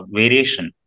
variation